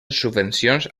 subvencions